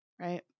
right